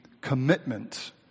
commitment